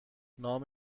نام